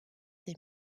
des